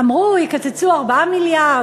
אמרו: יקצצו 4 מיליארד,